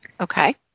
Okay